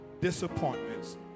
disappointments